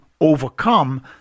overcome